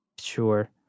Sure